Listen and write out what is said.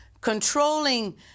controlling